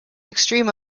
extreme